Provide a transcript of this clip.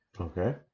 okay